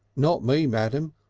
not me, madam.